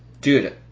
Dude